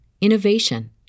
innovation